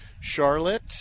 Charlotte